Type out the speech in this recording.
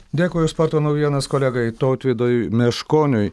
dėkui už sporto naujienas kolegai tautvydui meškoniui